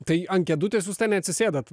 tai ant kėdutės jūs ten neatsisėdat